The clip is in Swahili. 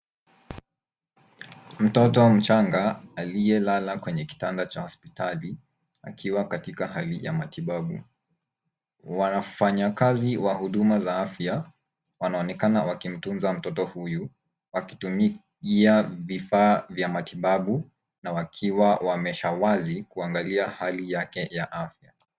Mtoto mchanga aliyelala kwenye kitanda cha hospitali akiwa katika hali ya matibabu. Wafanyakazi wa huduma za afya wanaonekana wakimtunza mtoto huyu akitumia vifaa vya matibabu na wakiwa wameshawazi kuangalia hali yake ya afya.